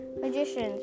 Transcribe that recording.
Magicians